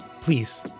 Please